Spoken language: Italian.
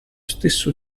stesso